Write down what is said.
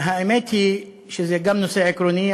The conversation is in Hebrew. האמת היא שזה גם נושא עקרוני,